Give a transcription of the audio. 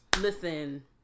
Listen